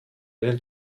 den